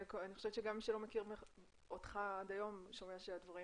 אני חושבת שגם מי שלא מכיר אותך די שומע שהדברים